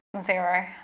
zero